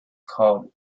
called